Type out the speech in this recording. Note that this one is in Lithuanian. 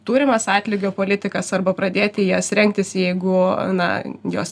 turimas atlygio politikas arba pradėti jas rengtis jeigu na jos